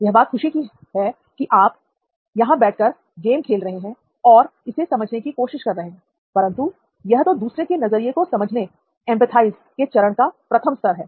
यह बात खुशी की बात है कि आप यहां बैठकर गेम खेल रहे हैं और इसे समझने की कोशिश कर रहे हैं परंतु यह तो दूसरे के नज़रिये को समझने के चरण का प्रथम स्तर है